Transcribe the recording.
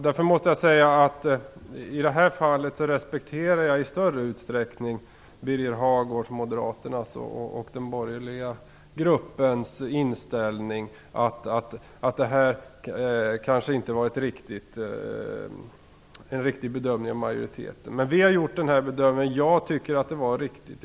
Jag måste säga att jag i det här fallet i större utsträckning respekterar Birger Hagårds, moderaternas och den borgerliga gruppens inställning att detta kanske inte var en riktig bedömning av majoriteten. Men vi har gjort den här bedömningen. Jag tycker att det var riktigt.